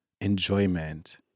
enjoyment